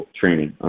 training